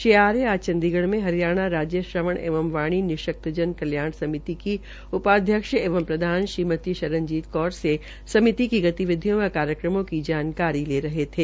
श्री आर्य आज चंडीगढ़ में हरियाणा राज्य श्रवण एवं वाणी निशक्तजन कल्याण समिति की उपाध्यक्ष एवं प्रधान श्रीमती शरणजीत कौर से समिति की गतिविधियों व कार्यक्रमों की जानकारी ले रहे थे